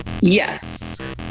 Yes